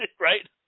right